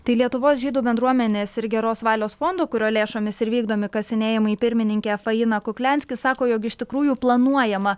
tai lietuvos žydų bendruomenės ir geros valios fondo kurio lėšomis ir vykdomi kasinėjimai pirmininkė faina kukliansky sako jog iš tikrųjų planuojama